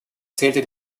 zählte